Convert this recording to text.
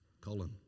Colin